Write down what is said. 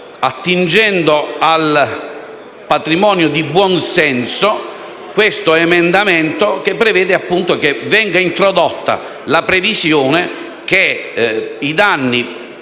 attingendo al patrimonio di buonsenso, questo emendamento che prevede che venga introdotta la previsione che i danni